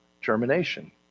germination